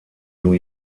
new